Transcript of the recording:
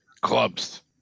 clubs